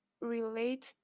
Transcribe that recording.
relate